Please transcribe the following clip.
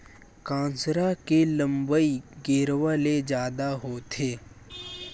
कांसरा के लंबई गेरवा ले जादा होथे